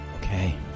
Okay